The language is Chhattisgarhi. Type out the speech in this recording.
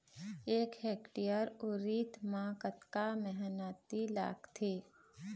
एक हेक्टेयर उरीद म कतक मेहनती लागथे?